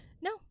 No